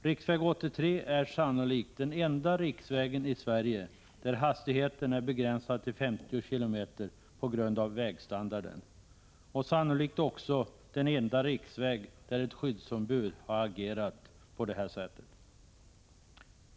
Riksväg 83 är sannolikt den enda riksväg i Sverige där hastigheten är begränsad till 50 km på grund av vägstandarden. Den är sannolikt också den enda riksväg där ett skyddsombud har agerat på detta sätt.